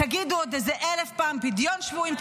תגידו עוד איזה אלף פעם פדיון שבויים,